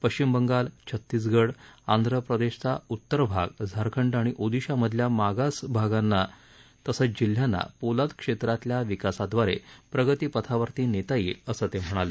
पश्चिम बंगाल छत्तीसगड आंध्र प्रदेशचा उत्तरभाग झारखंड आणि ओदिशा मधल्या भागास जिल्ह्यांना पोलाद क्षेत्रातल्या विकासाद्वारे प्रगतीपथावर नेता येईल असं ते म्हणाले